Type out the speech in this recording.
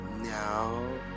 now